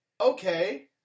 Okay